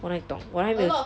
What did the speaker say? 我哪里懂我还没有